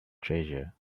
treasure